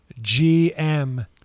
GM